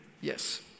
Yes